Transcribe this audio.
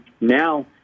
now